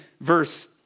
verse